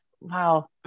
Wow